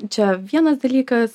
čia vienas dalykas